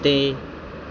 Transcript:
ਤੇ